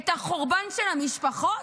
את החורבן של המשפחות?